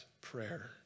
prayer